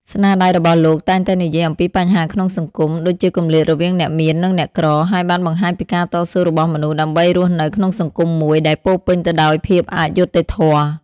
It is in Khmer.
ស្នាដៃរបស់លោកតែងតែនិយាយអំពីបញ្ហាក្នុងសង្គម ដូចជាគម្លាតរវាងអ្នកមាននិងអ្នកក្រ ហើយបានបង្ហាញពីការតស៊ូរបស់មនុស្សដើម្បីរស់នៅក្នុងសង្គមមួយដែលពោរពេញទៅដោយភាពអយុត្តិធម៌។